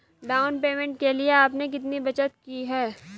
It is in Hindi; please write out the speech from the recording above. डाउन पेमेंट के लिए आपने कितनी बचत की है?